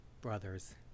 Brothers